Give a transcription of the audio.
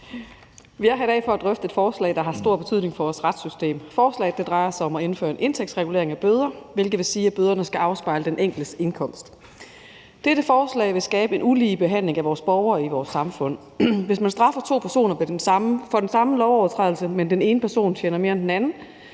Vi er her i dag for at drøfte et forslag, der har stor betydning for vores retssystem. Forslaget drejer sig om at indføre en indtægtsregulering af bøder, hvilket vil sige, at bøderne skal afspejle den enkeltes indkomst. Dette forslag vil skabe en ulige behandling af vores borgere i vores samfund. Hvis man straffer to personer for den samme lovovertrædelse og den ene person tjener mere end den anden,